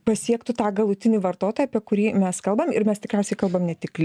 pasiektų tą galutinį vartotoją apie kurį mes kalbam ir mes tikriausiai kalbam ne tik